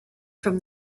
from